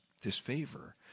disfavor